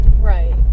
Right